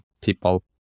people